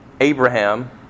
Abraham